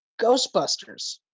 Ghostbusters